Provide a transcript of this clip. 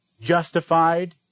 justified